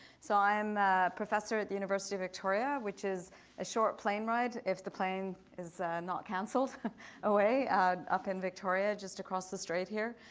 so i'm a professor at the university of victoria which is a short plane ride if the plane is not canceled away up in victoria just across the street here.